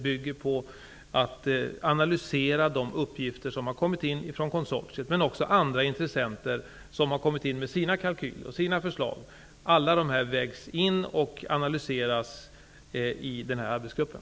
Vi analyserar de uppgifter som har kommit in från konsortiet men också de kalkyler och förslag som har kommit in från andra intressenter. Allt detta vägs in och analyseras av arbetsgruppen.